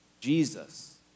Jesus